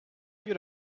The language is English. you